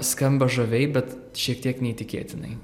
skamba žaviai bet šiek tiek neįtikėtinai